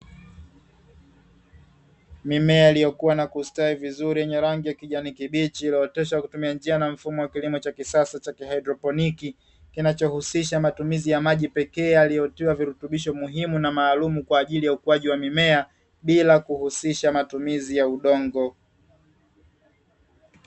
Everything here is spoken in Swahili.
Mimea iliyokua na kustawi vizuri yenye rangi ya kijani kibichi, iliyooteshwa kwa kutumia njia na mfumo wa kilimo cha kisasa cha kihaidroponiki, kinachohusisha matumizi ya maji pekee yaliyotiwa virutubishi muhimu na maalumu kwa ajili ya ukuaji wa mimea, bila kuhusisha matumizi ya udongo.